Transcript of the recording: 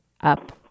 up